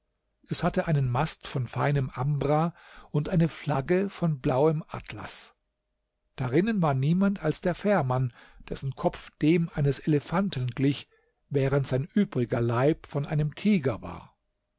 es hatte einen mast von feinem ambra und eine flagge von blauem atlas darinnen war niemand als der fährmann dessen kopf dem eines elefanten glich während sein übriger leib von einem tiger war